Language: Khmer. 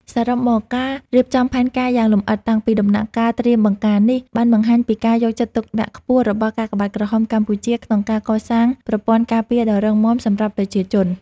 សរុបមក ការរៀបចំផែនការយ៉ាងលម្អិតតាំងពីដំណាក់កាលត្រៀមបង្ការនេះ បានបង្ហាញពីការយកចិត្តទុកដាក់ខ្ពស់របស់កាកបាទក្រហមកម្ពុជា ក្នុងការកសាងប្រព័ន្ធការពារដ៏រឹងមាំសម្រាប់ប្រជាជន។